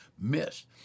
missed